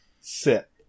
Sit